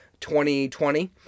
2020